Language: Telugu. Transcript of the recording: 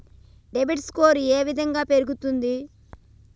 క్రెడిట్ స్కోర్ ఏ విధంగా పెరుగుతుంది?